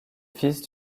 fils